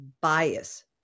bias